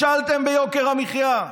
נכשלתם ביוקר המחיה,